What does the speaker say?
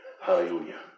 Hallelujah